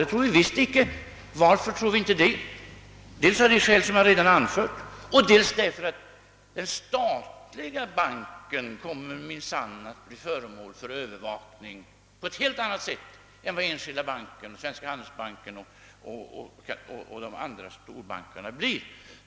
Det tror vi inte alls, dels av skäl som vi redan anfört, och dels för att den statliga banken minsann kommer att bli föremål för övervakning på ett helt annat sätt än Enskilda banken, Svenska handelsbanken och de andra storbankerna.